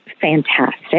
fantastic